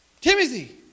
Timothy